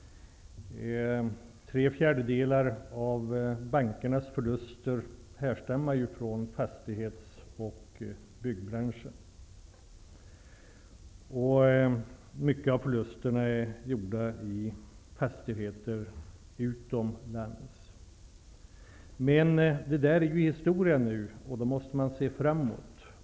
Tre fjärdedelar av bankernas förluster härstammar från fastighets och byggbranschen. En stor del av förlusterna har uppstått vid spekulation med fastigheter utomlands. Detta är emellertid historia nu, och man måste se framåt.